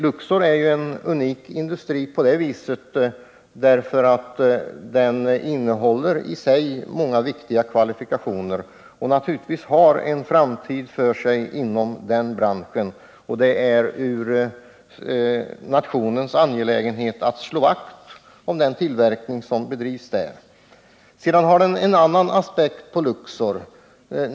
Luxor är en unik industri på det sättet att den i sig innehåller många viktiga kvalifikationer och naturligtvis har en framtid inom sin bransch. Det är en hela nationens angelägenhet att slå vakt om den tillverkning som bedrivs där. Det finns också en annan aspekt på Luxor.